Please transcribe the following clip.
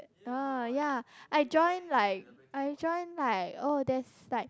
uh ya I joined like I joined like oh there is like